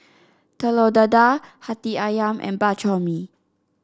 Telur Dadah Hati ayam and Bak Chor Mee